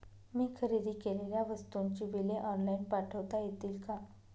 मी खरेदी केलेल्या वस्तूंची बिले ऑनलाइन पाठवता येतील का?